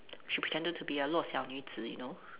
she pretended to be a 弱小女子 you know